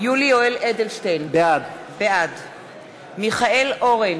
יולי יואל אדלשטיין, בעד מיכאל אורן,